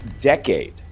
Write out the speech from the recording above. decade